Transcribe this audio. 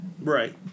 Right